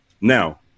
Now